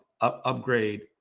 upgrade